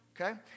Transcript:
Okay